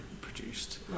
produced